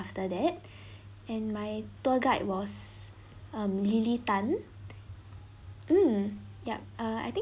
after that and my tour guide was um lily tan mm yup ah I think